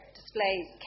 displays